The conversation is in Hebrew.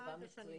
סליחה.